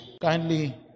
kindly